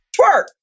Twerk